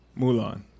mulan